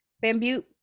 bamboo